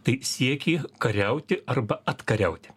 tai siekiai kariauti arba atkariauti